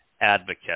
advocate